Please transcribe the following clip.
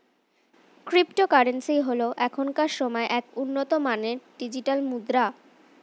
cryptocurrency হল এখনকার সময়ের এক উন্নত মানের ডিজিটাল মুদ্রা